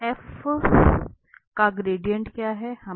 f का gradient क्या है